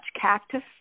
cactus